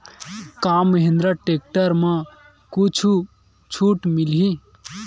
का महिंद्रा टेक्टर म कुछु छुट मिलही?